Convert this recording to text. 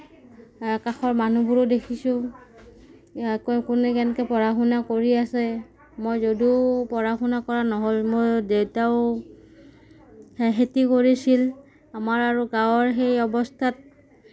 কাষৰ মানুহবোৰো দেখিছোঁ কোনে কেনেকে পঢ়া শুনা কৰি আছে মই যদিও পঢ়া শুনা কৰা নহ'ল মোৰ দেউতাও খেতি কৰিছিল আমাৰ আৰু গাঁৱৰ সেই অৱস্থাত